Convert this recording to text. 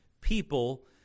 people